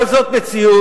אבל זאת מציאות,